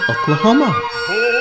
Oklahoma